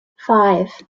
five